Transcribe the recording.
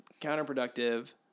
counterproductive